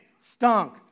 stunk